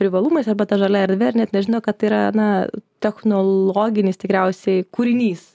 privalumais arba ta žalia erdve ir net nežino kad yra na technologinis tikriausiai kūrinys